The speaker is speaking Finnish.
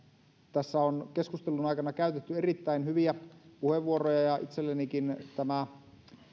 tässä on keskustelun aikana käytetty erittäin hyviä puheenvuoroja ja itsellenikin tämä